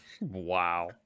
Wow